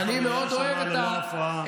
המליאה שמעה ללא הפרעה.